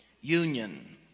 union